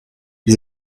die